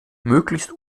möglichst